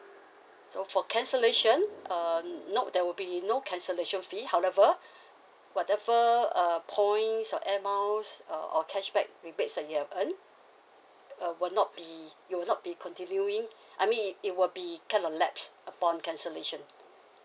so for cancellation err nope there will be no cancellation fee however whatever uh points or air miles uh or cashback rebates that you have earned uh will not be it will not be continuing I mean it it will be kind of lapse upon cancellation